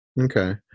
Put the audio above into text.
okay